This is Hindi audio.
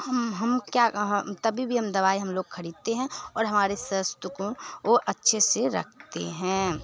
हम हम क्या तभी भी दवाई हम लोग ख़रीदते हैं और हमारे स्वास्थ्य को वो अच्छे से रखते हैं